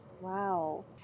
Wow